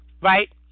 right